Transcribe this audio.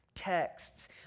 texts